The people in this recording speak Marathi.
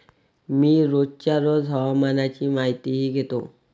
मी रोजच्या रोज हवामानाची माहितीही घेतो